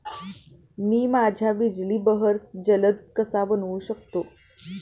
मी माझ्या बिजली बहर जलद कसा बनवू शकतो?